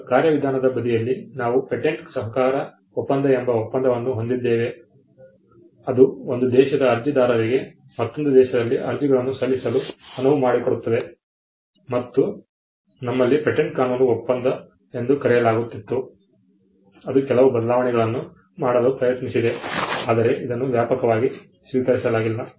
ಈಗ ಕಾರ್ಯವಿಧಾನದ ಬದಿಯಲ್ಲಿ ನಾವು ಪೇಟೆಂಟ್ ಸಹಕಾರ ಒಪ್ಪಂದ ಎಂಬ ಒಪ್ಪಂದವನ್ನು ಹೊಂದಿದ್ದೇವೆ ಅದು ಒಂದು ದೇಶದ ಅರ್ಜಿದಾರರಿಗೆ ಮತ್ತೊಂದು ದೇಶದಲ್ಲಿ ಅರ್ಜಿಗಳನ್ನು ಸಲ್ಲಿಸಲು ಅನುವು ಮಾಡಿಕೊಡುತ್ತದೆ ಮತ್ತು ಅದನ್ನು ನಮ್ಮಲ್ಲಿ ಪೇಟೆಂಟ್ ಕಾನೂನು ಒಪ್ಪಂದ ಎಂದು ಕರೆಯಲಾಗುತ್ತಿತ್ತು ಅದು ಕೆಲವು ಬದಲಾವಣೆಗಳನ್ನು ಮಾಡಲು ಪ್ರಯತ್ನಿಸಿದೆ ಆದರೆ ಇದನ್ನು ವ್ಯಾಪಕವಾಗಿ ಸ್ವೀಕರಿಸಲಾಗಿಲ್ಲ